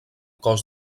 cos